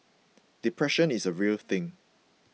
depression is a real thing